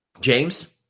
James